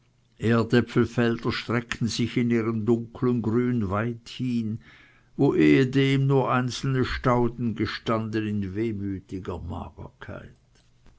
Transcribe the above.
zuckerbrot erdäpfelfelder streckten sich in ihrem dunkeln grün weit hin wo ehedem nur einzelne stauden gestanden in wehmutiger magerkeit